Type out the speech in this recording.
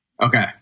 Okay